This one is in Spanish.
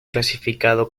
clasificado